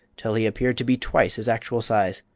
till he appeared to be twice his actual size,